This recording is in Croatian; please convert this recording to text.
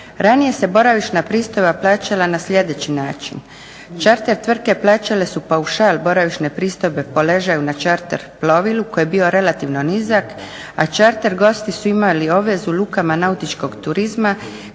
Ranije se boravišna pristojba plaćala na sljedeći način. Čarter tvrtke plaćale su paušal boravišne pristojbe po ležaju na čarter plovilu koji je bio relativno nizak, a čarter gosti su imali obvezu u lukama nautičkog turizma